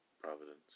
Providence